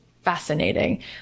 fascinating